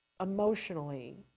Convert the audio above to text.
emotionally